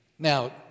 Now